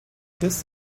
this